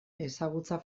ezagutza